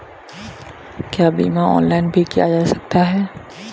क्या बीमा ऑनलाइन भी किया जा सकता है?